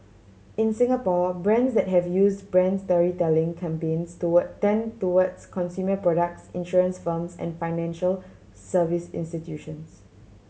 in Singapore brands that have used brand storytelling campaigns toward tend towards consumer products insurance firms and financial service institutions